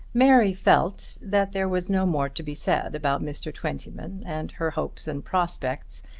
mary felt that there was no more to be said about mr. twentyman and her hopes and prospects,